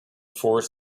force